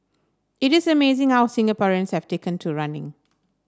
it is amazing how Singaporeans have taken to running